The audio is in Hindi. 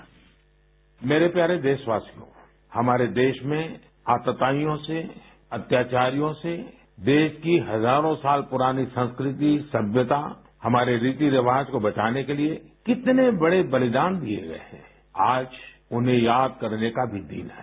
साउंड बाईट मेरे प्यारे देशवासियो हमारे देश में आतताइयों से अत्याचारियों से देश की हजारों साल पुरानी संस्कृति सम्यता हमारे रीति रिवाज को बचाने के लिए कितने बड़े बलिदान दिए गए हैं आज उन्हें याद करने का भी दिन है